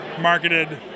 marketed